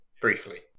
briefly